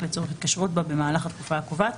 לצורך התקשרות בה במהלך התקופה הקובעת,